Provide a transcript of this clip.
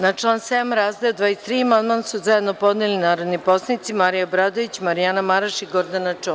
Na član 7. Razdeo 23. amandman su zajedno podneli narodni poslanici Marija Obradović, Marjana Maraš i Gordana Čomić.